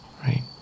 right